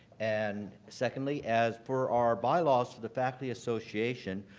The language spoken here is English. and, secondly, as per our bylaws to the faculty association,